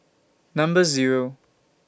Number Zero